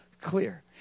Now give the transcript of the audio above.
clear